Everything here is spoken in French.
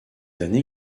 années